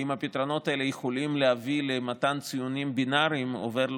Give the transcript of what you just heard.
האם הפתרונות האלה יכולים להביא למתן ציונים בינאריים: עובר,